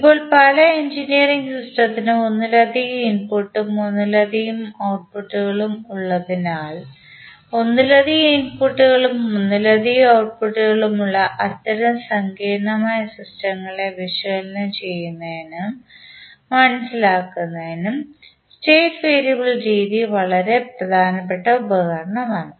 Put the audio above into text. ഇപ്പോൾ പല എഞ്ചിനീയറിംഗ് സിസ്റ്റത്തിനും ഒന്നിലധികം ഇൻപുട്ടും ഒന്നിലധികം ഔട്പുട്ടുകളും ഉള്ളതിനാൽ ഒന്നിലധികം ഇൻപുട്ടുകളും ഒന്നിലധികം ഔട്പുട്ടുകളും ഉള്ള അത്തരം സങ്കീർണ്ണമായ സിസ്റ്റങ്ങളെ വിശകലനം ചെയ്യുന്നതിനു മനസിലാക്കുന്നതിനും സ്റ്റേറ്റ് വേരിയബിൾ രീതി വളരെ പ്രധാനപ്പെട്ട ഉപകരണമാണ്